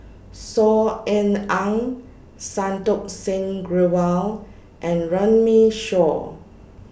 Saw Ean Ang Santokh Singh Grewal and Runme Shaw